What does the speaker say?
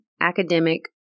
Academic